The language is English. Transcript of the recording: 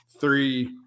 three –